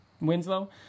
winslow